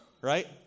right